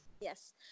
Yes